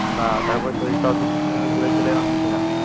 না তারপরে শরীরটা অসুস্থ হয়ে গেল ঘুরে চলে এলাম তো সেখান থেকে